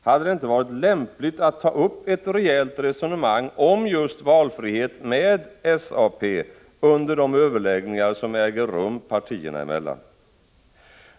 Hade det inte varit lämpligt att ta upp ett rejält resonemang om just valfrihet med SAP under de överläggningar som äger rum partierna emellan?